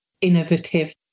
innovative